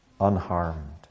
unharmed